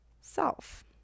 self